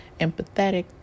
empathetic